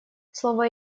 слово